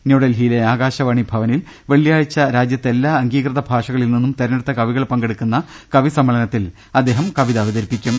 ന്യൂഡൽഹിയിലെ ആകാശവാണി ഭവനിൽ വെള്ളി യാഴ്ച രാജ്യത്തെ എല്ലാ അംഗീകൃതഭാഷകളിൽ നിന്നും തെരഞ്ഞെടുത്ത കവികൾ പങ്കെടുക്കുന്ന കവിസമ്മേളനത്തിൽ അദ്ദേഹം കവിത അവതരിപ്പി ക്കും